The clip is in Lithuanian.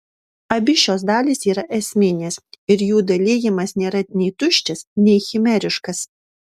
abi šios dalys yra esminės ir jų dalijimas nėra nei tuščias nei chimeriškas